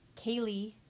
Kaylee